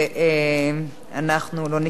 ואנחנו לא ניכשל כאן.